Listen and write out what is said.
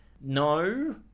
No